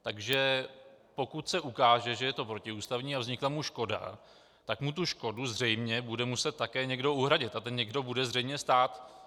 Takže pokud se ukáže, že je to protiústavní a vznikla mu škoda, tak mu tu škodu zřejmě bude muset také někdo uhradit a ten někdo bude zřejmě stát.